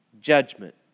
judgment